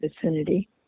vicinity